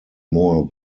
more